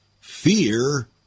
Fear